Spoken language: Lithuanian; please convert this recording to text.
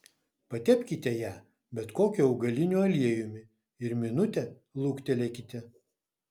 patepkite ją bet kokiu augaliniu aliejumi ir minutę luktelėkite